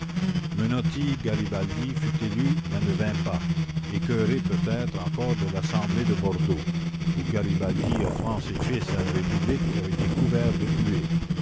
menotti garibaldi fut élu mais ne vint pas écœuré peut-être encore de l'assemblée de bordeaux où garibaldi offrant ses fils à la république avait été couvert de huées